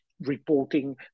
reporting